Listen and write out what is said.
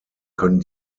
können